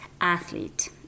athlete